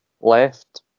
Left